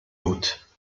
hôte